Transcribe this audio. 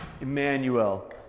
Emmanuel